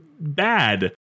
bad